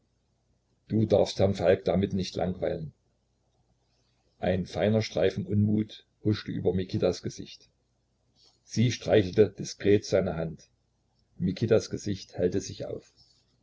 du darfst herrn falk damit nicht langweilen ein feiner streifen unmut huschte über mikitas gesicht sie streichelte diskret seine hand mikitas gesicht hellte sich auf